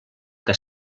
que